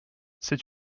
c’est